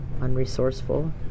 unresourceful